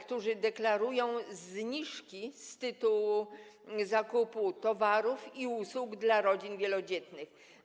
którzy deklarują zniżki z tytułu zakupu towarów i usług dla rodzin wielodzietnych.